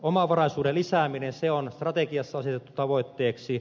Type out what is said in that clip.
omavaraisuuden lisääminen on strategiassa asetettu tavoitteeksi